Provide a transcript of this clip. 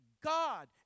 God